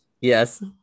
Yes